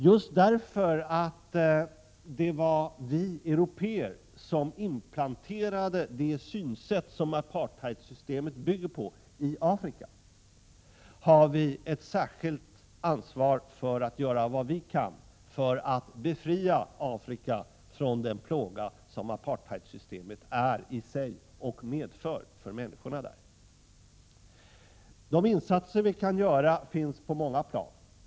Just därför att det var vi européer som inplanterade det synsätt som apartheidsystemet i Afrika bygger på, har vi ett särskilt ansvar för att göra vad vi kan när det gäller att befria Afrika från den plåga som apartheidsystemet innebär i sig och som det medför för människorna där. Vi kan göra insatser på många plan.